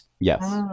Yes